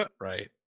right